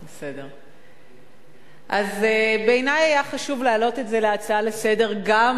אז בעיני היה חשוב להעלות את זה כהצעה לסדר-היום